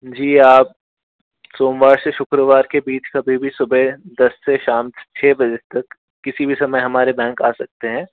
जी आप सोमवार से शुक्रवार के बीच कभी भी सुबह दस से शाम छः बजे तक किसी भी समय हमारे बैंक आ सकते हैं